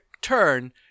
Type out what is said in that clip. turn